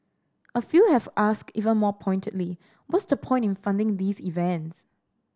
a few have asked even more pointedly what's the point in funding these events